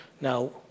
Now